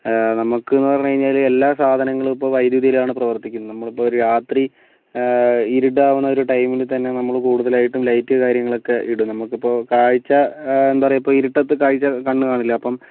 നമുക്കെന്ന് പറഞ്ഞ് കഴിഞ്ഞാല് എല്ലാ സാധനങ്ങളും ഇപ്പം വൈദ്യുതിയിലാണ് പ്രവർത്തിക്കുന്നത് നമ്മളിപ്പം ഒരു രാത്രി ഇരുട്ടാവുന്ന ഒരു ടൈമിൽ തന്നെ നമ്മള് കൂടുതലായിട്ടും ലൈറ്റ് കാര്യങ്ങളൊക്കെ ഇടും നമുക്കിപ്പം കാഴ്ച എന്താ പറയുക ഇപ്പം ഇരുട്ടത്ത് കാഴ്ച കണ്ണ് കാണില്ല അപ്പം